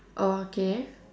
oh okay